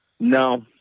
No